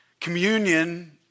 Communion